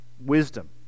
wisdom